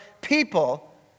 people